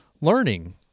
learning